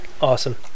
awesome